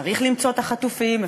צריך למצוא את החטופים,